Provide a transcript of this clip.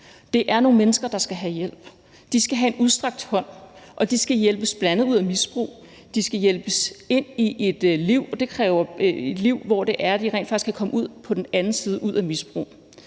Det er nogle mennesker, der skal have hjælp. De skal have en udstrakt hånd, og de skal hjælpes, bl.a. ud af misbrug. De skal hjælpes ind i et liv – et liv, hvor det er sådan, at de rent faktisk kan komme ud på den anden side og ud af misbruget.